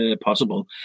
possible